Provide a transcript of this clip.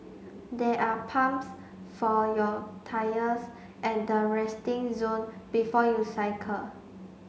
there are pumps for your tyres at the resting zone before you cycle